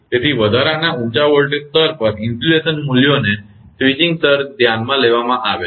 તેથી વધારાના ઊંચા વોલ્ટેજ સ્તર પર ઇન્સ્યુલેશન મૂલ્યોને સ્વિચીંગ સર્જ ધ્યાનમાં લેવામાં આવે છે